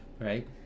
right